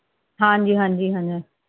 ਹਾਂਜੀ ਹਾਂਜੀ ਹਾਂਜੀ ਹਾਂਜੀ